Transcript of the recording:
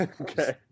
Okay